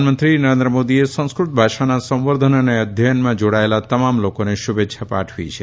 પ્રધાનમંત્રી નરેન્દ્ર મોદીએ સંસ્કૃત ભાષાના સંવર્ધન અને અધ્યયનમાં જોડાયેલા તમામ લોકોને શુભેચ્છા પાઠવી છે